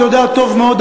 ואתה יודע טוב מאוד,